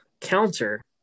counter